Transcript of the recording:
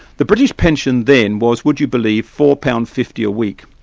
the british pension then was, would you believe, four pounds fifty a week,